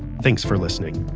thanks for listening